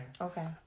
okay